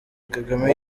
kagame